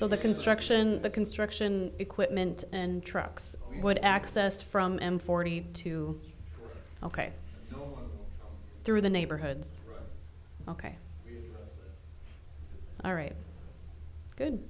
so the construction the construction equipment and trucks would access from m forty two ok all through the neighborhoods ok all right good